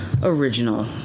original